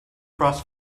across